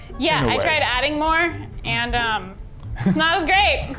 yeah, i tried adding more, and um it's not as great.